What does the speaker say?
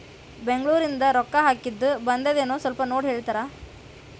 ಬೆಂಗ್ಳೂರಿಂದ ರೊಕ್ಕ ಹಾಕ್ಕಿದ್ದು ಬಂದದೇನೊ ಸ್ವಲ್ಪ ನೋಡಿ ಹೇಳ್ತೇರ?